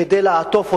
כדי לעטוף אותם,